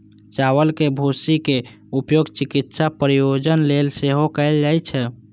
चावल के भूसी के उपयोग चिकित्सा प्रयोजन लेल सेहो कैल जाइ छै